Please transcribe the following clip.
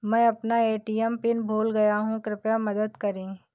मैं अपना ATM PIN भूल गया हूँ, कृपया मदद करें